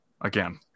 again